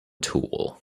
tool